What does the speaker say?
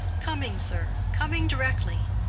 coming, sir coming directly.